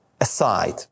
aside